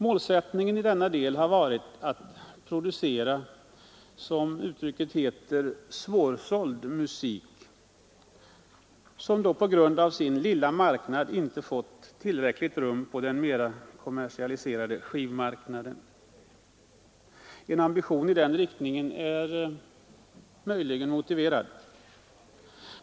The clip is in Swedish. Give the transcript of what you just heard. Målsättningen i denna del har varit att producera, som det heter, svårsåld musik, som på grund av sin lilla marknad inte fått tillräckligt rum på den mer kommersialiserade skivmarknaden. En ambition i den riktningen är möjligen motiverad.